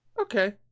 Okay